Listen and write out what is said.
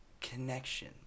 Connection